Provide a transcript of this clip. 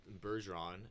Bergeron